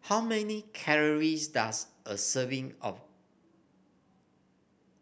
how many calories does a serving of